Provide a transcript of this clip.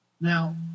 Now